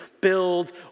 build